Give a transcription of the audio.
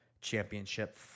championship